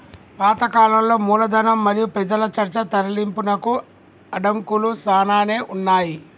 పాత కాలంలో మూలధనం మరియు పెజల చర్చ తరలింపునకు అడంకులు సానానే ఉన్నాయి